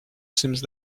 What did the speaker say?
seems